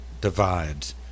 divides